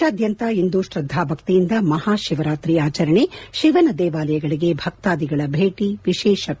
ದೇಶಾದ್ಯಂತ ಇಂದು ಶ್ರದ್ದಾ ಭಕ್ತಿಯಿಂದ ಮಹಾಶಿವರಾತ್ರಿ ಆಚರಣೆ ಶಿವನ ದೇವಾಲಯಗಳಿಗೆ ಭಕ್ತಾಧಿಗಳ ಭೇಟ ವಿಶೇಷ ಪ್ರಾರ್ಥನೆ